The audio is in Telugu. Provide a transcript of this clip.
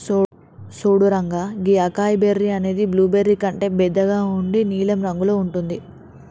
సూడు రంగా గీ అకాయ్ బెర్రీ అనేది బ్లూబెర్రీ కంటే బెద్దగా ఉండి నీలం రంగులో ఉంటుంది